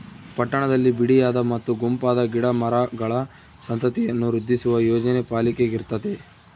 ಪಟ್ಟಣದಲ್ಲಿ ಬಿಡಿಯಾದ ಮತ್ತು ಗುಂಪಾದ ಗಿಡ ಮರಗಳ ಸಂತತಿಯನ್ನು ವೃದ್ಧಿಸುವ ಯೋಜನೆ ಪಾಲಿಕೆಗಿರ್ತತೆ